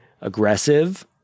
aggressive